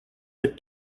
the